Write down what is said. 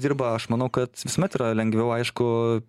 dirba aš manau kad visuomet yra lengviau aišku